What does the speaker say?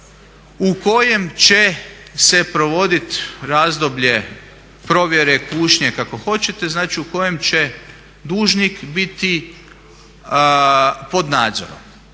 u kojem će se provodit razdoblje provjere, kušnje, kako hoćete, znači u kojem će dužnik biti pod nadzorom.